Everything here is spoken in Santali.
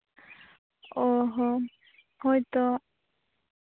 ᱚ ᱦᱳ ᱦᱳᱭᱛᱚ